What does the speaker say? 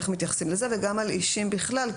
איך מתייחסים לזה וגם על אישים בכלל,